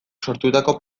sortutako